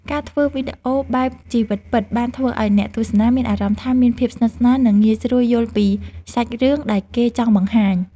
ការធ្វើវីដេអូបែបជីវិតពិតបានធ្វើឱ្យអ្នកទស្សនាមានអារម្មណ៍ថាមានភាពស្និទ្ធស្នាល និងងាយស្រួលយល់ពីសាច់រឿងដែលគេចង់បង្ហាញ។